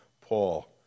Paul